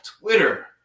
twitter